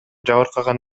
жабыркаган